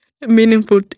meaningful